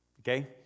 Okay